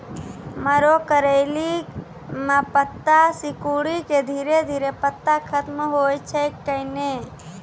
मरो करैली म पत्ता सिकुड़ी के धीरे धीरे पत्ता खत्म होय छै कैनै?